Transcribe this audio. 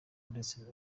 ndetse